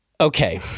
okay